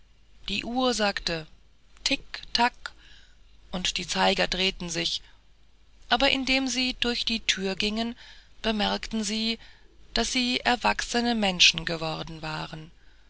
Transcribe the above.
die uhr sagte tick tack und die zeiger drehten sich aber indem sie durch die thür gingen bemerkten sie daß sie erwachsene menschen geworden waren